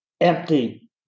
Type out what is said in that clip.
empty